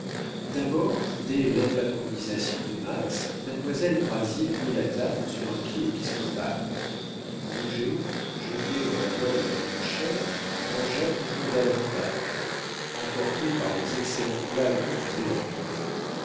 d'abord dès l'impatronisation de max mademoiselle brazier mit la table sur un pied épiscopal rouget jeté dans la voie de la bonne chère mangea toujours davantage emporté par les excellents plats que faisait la